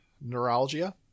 neuralgia